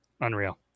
Unreal